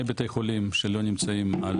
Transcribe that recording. חולים שלא נמצאים,